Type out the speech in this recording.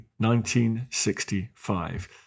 1965